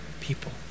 people